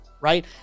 right